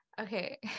okay